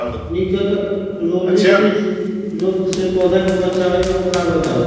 निककरोलीसिस रोग से पौधा के बचाव के उपाय बताऊ?